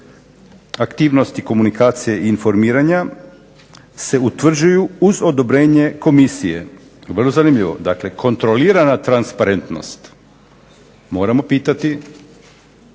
Aktivnosti komunikacije i informiranja se utvrđuju uz odobrenje komisije. Vrlo zanimljivo. Dakle kontrolirana transparentnost, moramo pitati